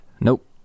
Nope